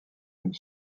une